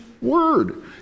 word